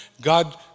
god